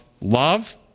love